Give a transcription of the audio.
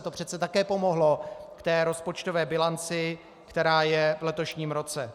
To přece také pomohlo té rozpočtové bilanci, která je v letošním roce.